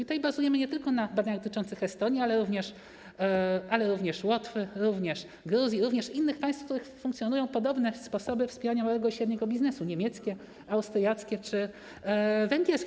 Tutaj bazujemy nie tylko na badaniach dotyczących Estonii, ale również Łotwy, również Gruzji, również innych państw, w których funkcjonują podobne sposoby wspierania małego i średniego biznesu: niemieckie, austriackie czy węgierskie.